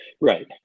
Right